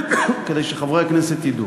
כדי שחברי הכנסת ידעו.